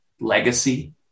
legacy